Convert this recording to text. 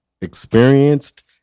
experienced